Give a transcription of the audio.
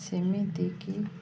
ସେମିତିକି